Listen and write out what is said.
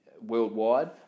worldwide